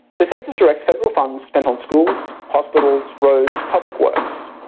the census directs federal funds spent on schools, hospitals, roads public works,